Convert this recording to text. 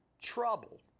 trouble